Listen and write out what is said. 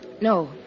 No